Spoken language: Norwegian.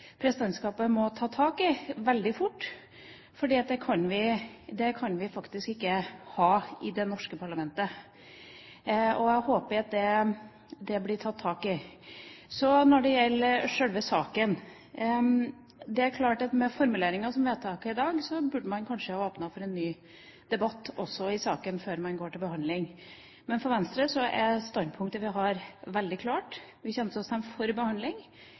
presidentskapet må ta tak i veldig fort, for det kan vi ikke ha i det norske parlamentet. Jeg håper at det blir tatt tak i. Når det gjelder sjølve saken, er det klart at med formuleringen i vedtaket i dag burde man kanskje åpne for en ny debatt i saken før man går til behandling. Men for Venstre er standpunktet vi har, veldig klart. Vi kommer til å stemme for behandling.